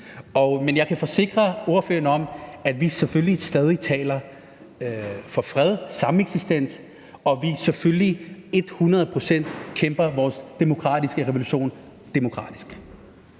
men jeg kan forsikre ordføreren om, at vi selvfølgelig stadig taler for fred og sameksistens, og at vi selvfølgelig hundrede procent kæmper for vores demokratiske revolution demokratisk.